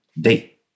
date